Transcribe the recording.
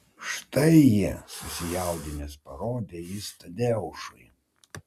štai jie susijaudinęs parodė jis tadeušui